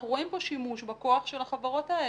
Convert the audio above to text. אנחנו רואים כאן שימוש לרעה בכוח של החברות האלה.